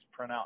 printout